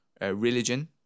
religion